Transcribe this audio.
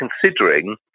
considering